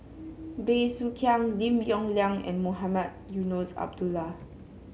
Bey Soo Khiang Lim Yong Liang and Mohamed Eunos Abdullah